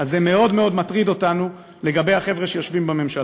זה מאוד מאוד מטריד אותנו לגבי החבר'ה שיושבים בממשלה.